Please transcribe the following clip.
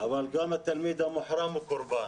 אבל גם התלמיד המוחרם הוא קורבן